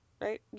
Right